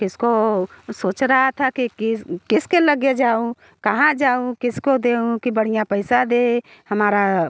किसको सोच रहा था कि किस किस के लगे जाऊँ कहाँ जाऊँ किसको दूं कि बढ़ियाँ पैसा दे हमारा